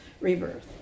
rebirth